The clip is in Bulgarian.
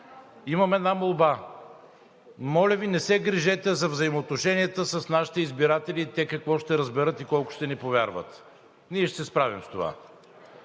Имам една молба. Моля Ви, не се грижете за взаимоотношенията с нашите избиратели и те какво ще разберат, и колко ще ни повярват. Ние ще се справим с това.